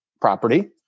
property